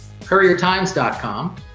couriertimes.com